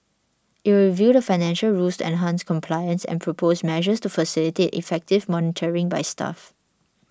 it will review the financial rules to enhance compliance and propose measures to facilitate effective monitoring by staff